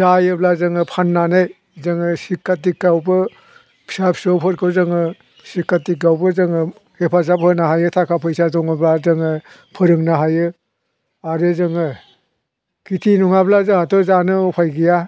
जायोब्ला जोङो फाननानै जोङो सिखा दिखायावबो फिसा फिसौफोरखौ जोङो सिखा दिखायावबो जोङो हेफाजाब होनो हायो थाखा फैसा दङब्ला जोङो फोरोंनो हायो आरो जोङो खिथि नङाब्ला जोंहाथ' जानो उफाय गैया